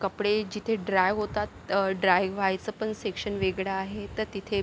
कपडे जिथे ड्राय होतात ड्राय व्हायचं पण सेक्शन वेगळं आहे तर तिथे